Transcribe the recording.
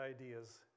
ideas